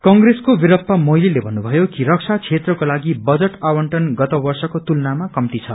कंग्रेसको विरष्पा मोइलीले भन्नुभयो कि रक्षा बेत्रकोलागि बजट आंवटन गत वर्षको तुलनामा कम्ती छ